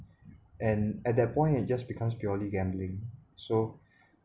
and at that point it just becomes purely gambling so